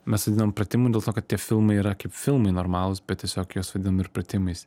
mes vadinam pratimu dėl to kad tie filmai yra kaip filmai normalūs bet tiesiog juos vadinam ir pratimais